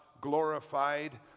glorified